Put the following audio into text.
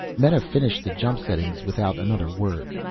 meta finished the jump settings without another word.